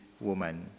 woman